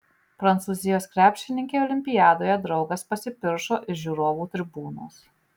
prancūzijos krepšininkei olimpiadoje draugas pasipiršo iš žiūrovų tribūnos